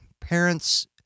parents